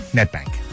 NetBank